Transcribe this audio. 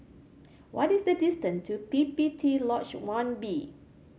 what is the distance to P P T Lodge One B